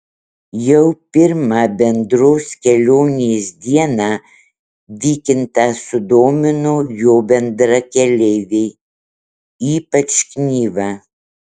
jau pirmą bendros kelionės dieną vykintą sudomino jo bendrakeleiviai ypač knyva